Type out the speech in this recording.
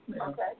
Okay